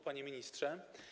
Panie Ministrze!